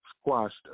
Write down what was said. squashed